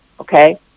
okay